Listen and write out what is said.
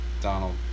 Donald